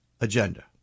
agenda